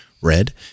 red